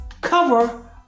cover